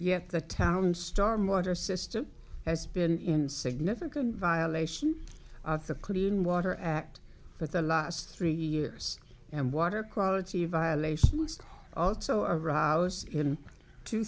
yet the town's storm water system has been significant violation of the clean water act but the last three years and water quality violations also a rouse in two